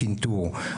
לקנטור.